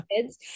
Kids